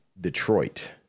Detroit